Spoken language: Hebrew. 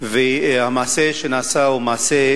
והמעשה שנעשה הוא מעשה